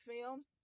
Films